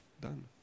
done